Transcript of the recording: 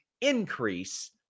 increase